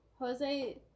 Jose